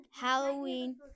Halloween